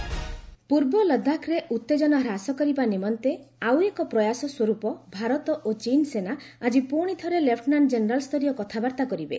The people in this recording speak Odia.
ଇଣ୍ଡିଆ ଚାଇନା ପୂର୍ବ ଲଦାଖରେ ଉତ୍ତେଜନା ହ୍ରାସ କରିବା ନିମନ୍ତେ ଆଉ ଏକ ପ୍ରୟାସ ସ୍ୱରୂପ ଭାରତ ଓ ଚୀନ ସେନା ଆଜି ପୁଣିଥରେ ଲେପୁନାଣ୍ଟ ଜେନେରାଲସ୍ତରୀୟ କଥାବାର୍ତ୍ତା କରିବେ